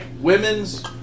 women's